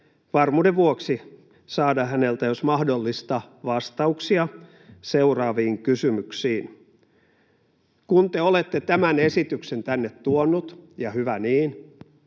varmuuden vuoksi saada häneltä, jos mahdollista, vastauksia seuraaviin kysymyksiin: Kun te olette tämän esityksen tänne tuonut — ja hyvä niin